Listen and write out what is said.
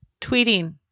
tweeting